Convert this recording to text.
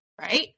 right